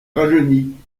rajeunit